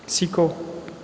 सीखो